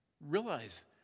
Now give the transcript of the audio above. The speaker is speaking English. realize